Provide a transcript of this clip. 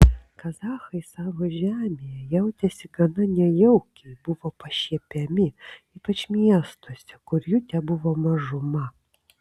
kazachai savo žemėje jautėsi gana nejaukiai buvo pašiepiami ypač miestuose kur jų tebuvo mažuma